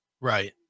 Right